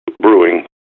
brewing